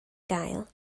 gael